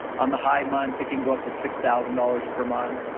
on the high months, it can go up to six thousand dollars per month,